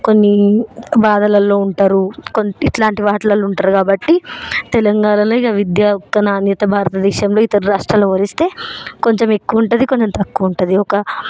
కొన్ని బాధలలో ఉంటారు కొన్ని ఇట్లాంటి వాటిలలో ఉంటారు కాబట్టి తెలంగాణలో ఇక విద్య యొక్క నాణ్యత భారత దేశంలో ఇతర రాష్ట్రాలతో పోలిస్తే కొంచెం ఎక్కువ ఉంటుంది కొంచెం తక్కువ ఉంటుంది ఒక